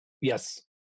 yes